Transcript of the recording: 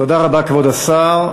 תודה רבה, כבוד השר.